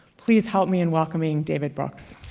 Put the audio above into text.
please help me in welcoming david brooks.